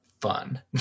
fun